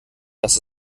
das